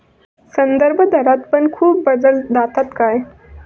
संदर्भदरात पण खूप बदल जातत काय?